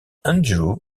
andrew